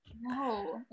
no